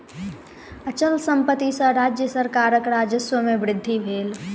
अचल संपत्ति सॅ राज्य सरकारक राजस्व में वृद्धि भेल